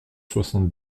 soixante